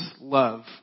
love